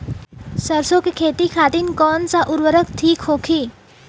सरसो के खेती खातीन कवन सा उर्वरक थिक होखी?